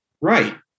right